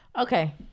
Okay